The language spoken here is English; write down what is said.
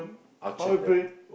Orchard there